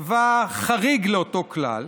חריג לאותו כלל.